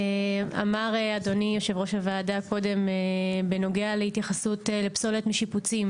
אמר אדוני יושב ראש הוועדה קודם בנוגע להתייחסות פסולת משיפוצים.